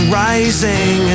rising